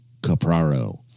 Capraro